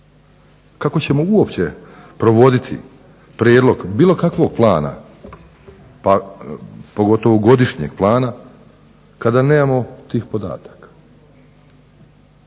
Kako ćemo uopće provoditi prijedlog bilo kakvog plana, pogotovo godišnjeg plana kada nemamo tih podataka.